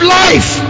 life